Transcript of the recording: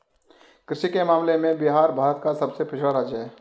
कृषि के मामले में बिहार भारत का सबसे पिछड़ा राज्य है